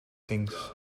things